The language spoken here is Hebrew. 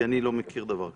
כי אני לא מכיר דבר כזה.